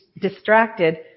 distracted